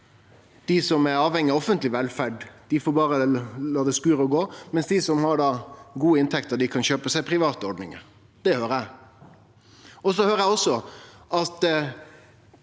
Dei som er avhengige av offentleg velferd, får berre la det skure og gå, mens dei som har god inntekt, kan kjøpe seg private ordningar. Det høyrer eg. Eg høyrer også at